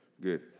Good